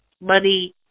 money